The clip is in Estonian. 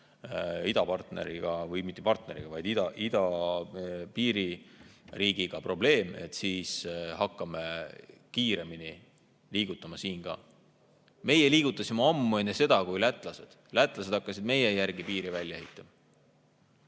idapartneriga – või mitte partneriga, vaid idapiiri riigiga – probleem, siis hakkame kiiremini liigutama siin ka. Meie liigutasime ammu enne seda kui lätlased. Lätlased hakkasid meie järgi piiri välja ehitama.